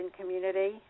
community